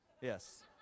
yes